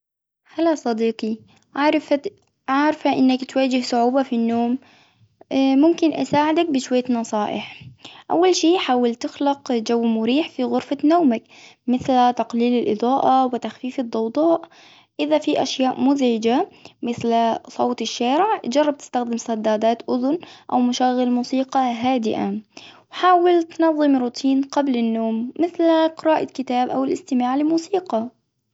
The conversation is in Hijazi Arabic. هلا صديقي عرفت عارفة إنك تواجه صعوبة في النوم، ممكن أساعدك بشوية نصائح، أول شئ حاول تخلق جو مريح في غرفة نومك، مثل تقليل الإضاءة وتخفيف الضوضاء، إذا في أشياء مزعجة مثل صوت الشارع، جرب تشغل سدادات أذن أو مشغل موسيقى هادئة، حاول تنظم روتين قبل النوم مثل قراءة كتاب أو الإستماع لموسيقى.